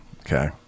Okay